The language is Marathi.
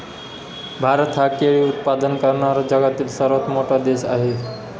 भारत हा केळी उत्पादन करणारा जगातील सर्वात मोठा देश आहे